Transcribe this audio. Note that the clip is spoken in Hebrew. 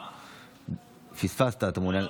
לא נורא.